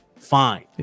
Fine